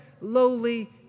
lowly